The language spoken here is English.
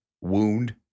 wound